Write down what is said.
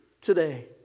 today